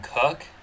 Cook